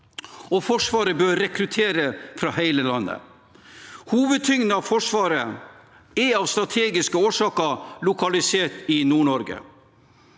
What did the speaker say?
Forsvaret bør rekruttere fra hele landet. Hovedtyngden av Forsvaret er av strategiske årsaker lokalisert i Nord-Norge.